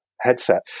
headset